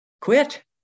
Quit